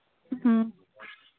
ꯎꯝ